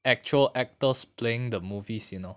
actual actors playing the movies you know